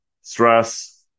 stress